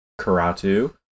Karatu